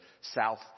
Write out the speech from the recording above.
South